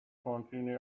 continue